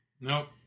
nope